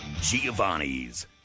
Giovanni's